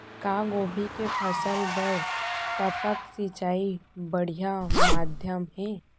का गोभी के फसल बर टपक सिंचाई बढ़िया माधयम हे?